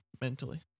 mentally